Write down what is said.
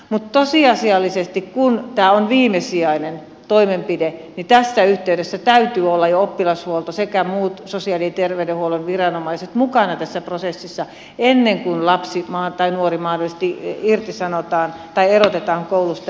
mutta tosiasiallisesti kun tämä on viimesijainen toimenpide tässä yhteydessä täytyy olla jo oppilashuolto sekä muut sosiaali ja terveydenhuollon viranomaiset mukana tässä prosessissa ennen kuin lapsi tai nuori mahdollisesti irtisanotaan tai erotetaan koulusta